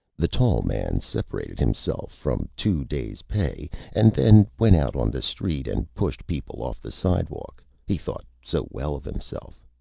the tall man separated himself from two days' pay and then went out on the street and pushed people off the sidewalk, he thought so well of himself.